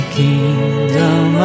kingdom